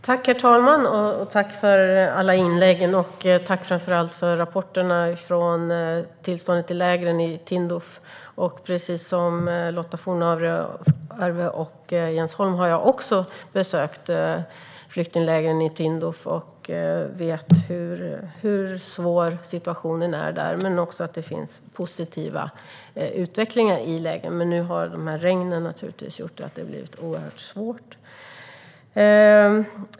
Herr talman! Tack för alla inlägg och tack, framför allt, för rapporterna från tillståndet i lägren i Tindouf! Precis som Lotta Johnsson Fornarve och Jens Holm har även jag besökt flyktinglägren i Tindouf och vet hur svår situationen är där. Det finns även positiv utveckling i lägren, men nu har de här regnen naturligtvis gjort att det har blivit oerhört svårt.